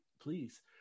please